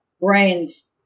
brains